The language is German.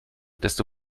desto